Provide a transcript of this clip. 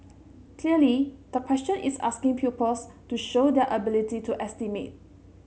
clearly the question is asking pupils to show their ability to estimate